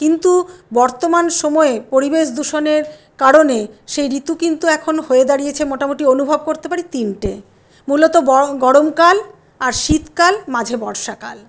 কিন্তু বর্তমান সময়ে পরিবেশ দূষণের কারণে সেই ঋতু কিন্তু এখন হয়ে দাঁড়িয়েছে মোটামুটি অনুভব করতে পারি তিনটে মূলত গরমকাল আর শীতকাল মাঝে বর্ষাকাল